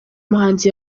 muhanzi